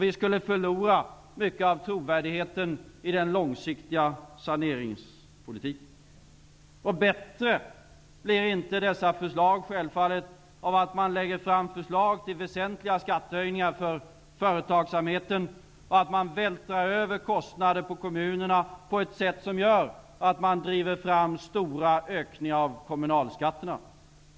Vi skulle förlora mycket av trovärdigheten i den långsiktiga saneringspolitiken. Bättre blir dessa förslag självfallet inte av att man lägger fram förslag till väsentliga höjningar av skatten på företagsamhet och att man vältrar över kostnaderna på kommunerna på ett sätt som gör att man driver fram stora ökningar av kommunalskatterna.